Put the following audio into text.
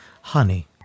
Honey